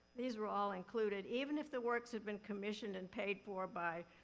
these were all included, even if the works had been commissioned and paid for by